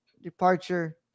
Departure